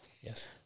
Yes